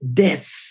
deaths